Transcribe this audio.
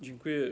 Dziękuję.